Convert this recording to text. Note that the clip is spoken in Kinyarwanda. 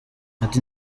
ati